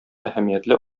әһәмиятле